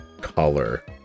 color